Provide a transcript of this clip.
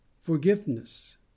forgiveness